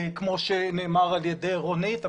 כמו שנאמר על ידי רונית,